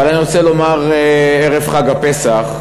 אבל אני רוצה לומר, ערב חג הפסח,